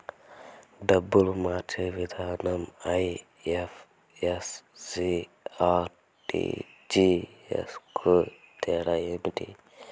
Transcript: డబ్బులు మార్చే విధానం ఐ.ఎఫ్.ఎస్.సి, ఆర్.టి.జి.ఎస్ కు తేడా ఏమి?